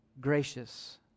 gracious